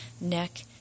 neck